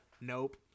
nope